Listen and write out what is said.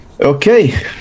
Okay